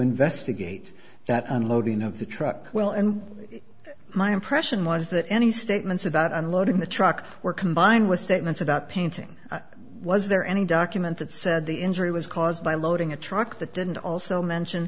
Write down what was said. investigate that unloading of the truck well and my impression was that any statements about unloading the truck were combined with statements about painting was there any document that said the injury was caused by loading a truck that didn't also mention